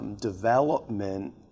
development